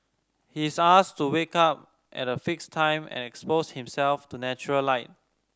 he is asked to wake up at a fixed time and expose himself to natural light